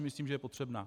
Myslím, že je potřebná.